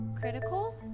Critical